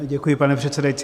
Děkuji, pane předsedající.